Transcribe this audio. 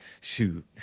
Shoot